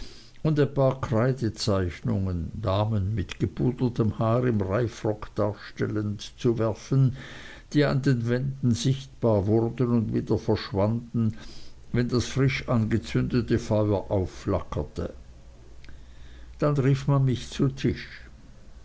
und ein paar kreidezeichnungen damen mit gepudertem haar im reifrock darstellend zu werfen die an den wänden sichtbar wurden und wieder verschwanden wenn das frisch angezündete feuer aufflackerte dann rief man mich zu tisch